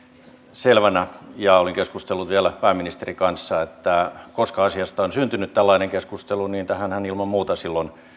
selvänä ja olin keskustellut vielä pääministerin kanssa että koska asiasta on syntynyt tällainen keskustelu niin tähänhän ilman muuta silloin